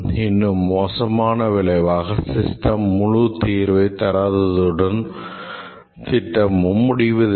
இன்னும் மோசமான விளைவாக சிஸ்டம் முழுத்தீர்வை தராத்துடன் திட்டமும் முடிவதில்லை